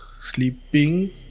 sleeping